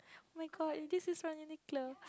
my god if this is from Uniqlo